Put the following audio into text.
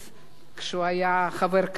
כשהוא היה חבר כנסת,